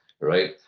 right